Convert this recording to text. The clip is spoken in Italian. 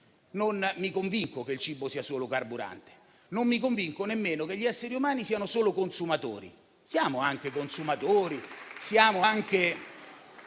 Non mi convinco che il cibo sia solo carburante e non mi convinco nemmeno che gli esseri umani siano solo consumatori. Siamo anche consumatori e siamo anche